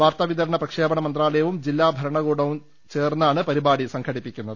വാർത്താ വിതര ണ പ്രക്ഷേപണ മന്ത്രാലയവും ജില്ലാ ഭരണകൂടവും ചേർന്നാണ് പരിപാ ടി സംഘടിപ്പിക്കുന്നത്